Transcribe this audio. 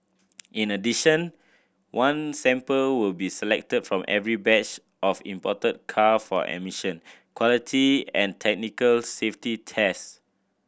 in addition one sample will be selected from every batch of imported car for emission quality and technical safety tests